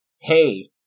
hey